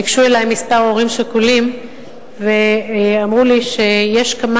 ניגשו אלי כמה הורים שכולים ואמרו לי שיש כמה